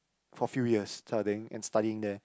for few years studying and studying there